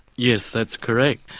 yes, that's correct,